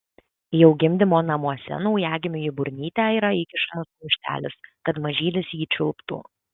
jau gimdymo namuose naujagimiui į burnytę yra įkišamas kumštelis kad mažylis jį čiulptų